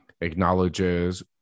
acknowledges